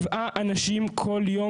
7 אנשים כל יום.